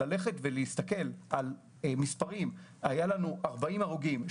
להסתכל על מספרים היו לנו 40 הרוגים,